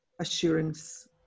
assurance